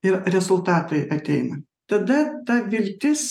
ir rezultatai ateina tada ta viltis